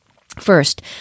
First